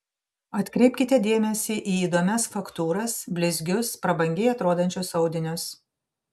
atkreipkite dėmesį į įdomias faktūras blizgius prabangiai atrodančius audinius